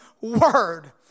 word